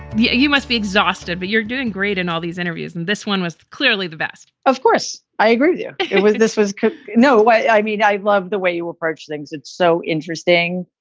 you must be exhausted, but you're doing great in all these interviews, and this one was clearly the best of course i agree with you. it was this was no way. i mean, i love the way you approach things. it's so interesting.